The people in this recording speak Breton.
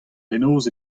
penaos